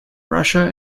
russia